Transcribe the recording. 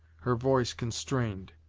her voice constrained,